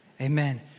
Amen